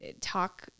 talk